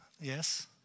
Yes